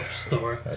store